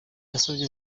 yasabye